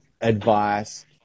advice